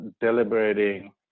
deliberating